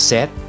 Set